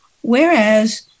whereas